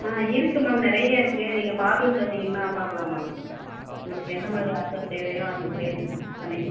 ஆ இருக்குது மேம் நிறைய இருக்குது நீங்கள் பார்லர் வந்திங்கன்னால் பார்க்கலாம் மேம் உங்களுக்கு எந்தமாதிரி ஆஃபர் தேவையோ அந்தமாதிரி பண்ணிக்கலாம்